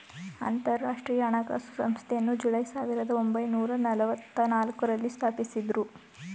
ಅಂತರಾಷ್ಟ್ರೀಯ ಹಣಕಾಸು ಸಂಸ್ಥೆಯನ್ನು ಜುಲೈ ಸಾವಿರದ ಒಂಬೈನೂರ ನಲ್ಲವತ್ತನಾಲ್ಕು ರಲ್ಲಿ ಸ್ಥಾಪಿಸಿದ್ದ್ರು